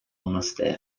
monastero